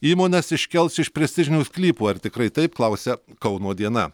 įmones iškels iš prestižinių sklypų ar tikrai taip klausia kauno diena